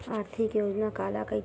आर्थिक योजना काला कइथे?